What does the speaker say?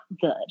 good